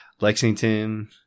Lexington